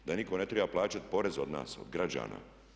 Da nitko ne treba plaćati porez od nas, od građana?